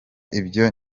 ibyo